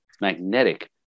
magnetic